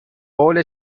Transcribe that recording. قول